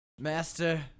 Master